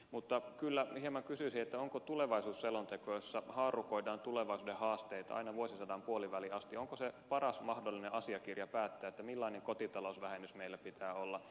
mutta kyllä hieman kysyisin onko tulevaisuusselonteko jossa haarukoidaan tulevaisuuden haasteita aina vuosisadan puoliväliin asti paras mahdollinen asiakirja päättää millainen kotitalousvähennys meillä pitää olla